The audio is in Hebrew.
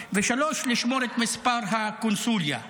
3. לשמור את המספר של הקונסוליה.